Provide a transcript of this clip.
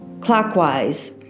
clockwise